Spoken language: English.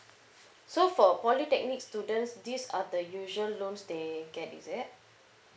so for polytechnic students these are the usual loans they get is it